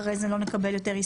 אחרי כן לא נקבל הסתייגויות.